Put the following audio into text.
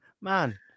man